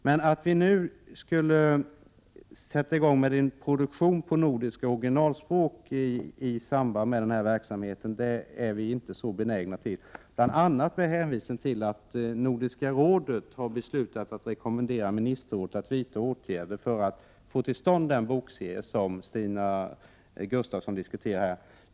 Men vi är inte så benägna att nu sätta i gång med en produktion på nordiska originalspråk i samband med den här verksamheten, bl.a. med hänvisning till att Nordiska rådet har beslutat rekommendera ministerrådet att vidta åtgärder för att få till stånd den bokserie som Stina Gustavsson här diskuterat.